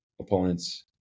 opponents